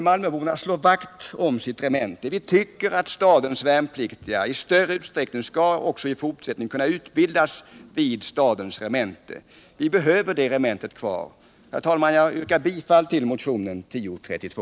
Malmöborna slår vakt om sitt regemente. Vi tycker att stadens värnpliktiga i stor utsträckning också i fortsättningen skall kunna utbildas vid stadens regemente. Vi behöver ha det regementet kvar. Herr talman! Jag yrkar bifall till motionen 1032.